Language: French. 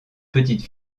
petite